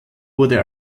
wurde